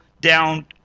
down